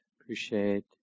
appreciate